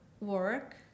work